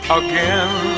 again